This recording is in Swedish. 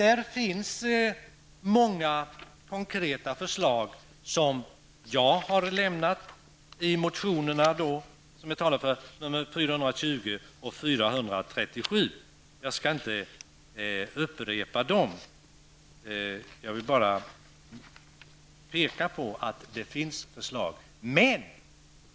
Det finns många konkreta förslag i de motioner jag har avgett och som jag talar för, nr 420 och 437. Jag skall inte upprepa dem. Jag vill bara peka på att det finns förslag.